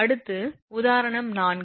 அடுத்து உதாரணம் 4